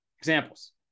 Examples